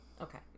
Okay